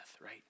right